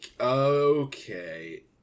Okay